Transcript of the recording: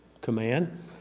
command